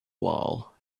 while